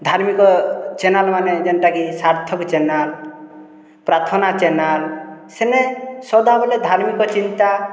ଧାର୍ମିକ ଚେନାଲ୍ମାନେ ଯେନ୍ତାକି ସାର୍ଥକ୍ ଚେନାଲ୍ ପ୍ରାର୍ଥନା ଚେନାଲ୍ ସେନେ ସଦାବେଲେ ଧାର୍ମିକ ଚିନ୍ତା